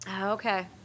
Okay